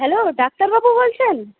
hello ডাক্তারবাবু বলছেন